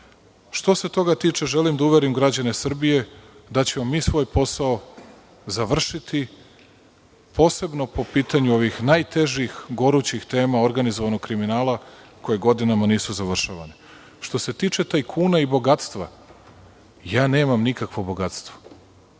se toga tiče, želim da uverim građane Srbije da ćemo mi svoj posao završiti, posebno po pitanju ovih najtežih, gorućih tema organizovanog kriminala koje godinama nisu završavane. Što se tiče tajkuna i bogatstva, ja nemam nikakvo bogatstvo.